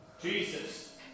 Jesus